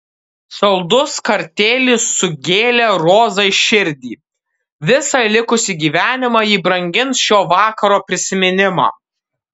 saldus kartėlis sugėlė rozai širdį visą likusį gyvenimą ji brangins šio vakaro prisiminimą